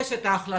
יש את ההחלטה,